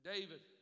David